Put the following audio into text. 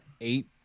eight